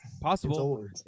Possible